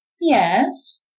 Yes